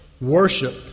worship